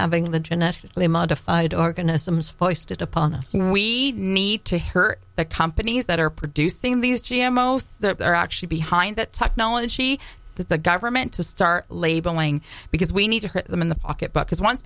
having the genetically modified organisms foisted upon us we need to her the companies that are producing these g m most that are actually behind the technology that the government to start labeling because we need to hit them in the pocketbook because once